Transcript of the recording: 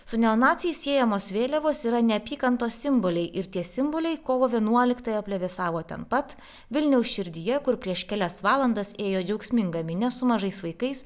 su neonaciais siejamos vėliavos yra neapykantos simboliai ir tie simboliai kovo vienuoliktąją plevėsavo ten pat vilniaus širdyje kur prieš kelias valandas ėjo džiaugsminga minia su mažais vaikais